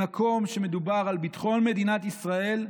במקום שמדובר על ביטחון מדינת ישראל,